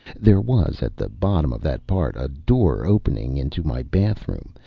there was at the bottom of that part a door opening into my bathroom,